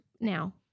now